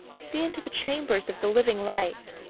see into the chambers of the living light.